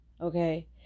okay